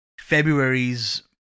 February's